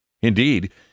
Indeed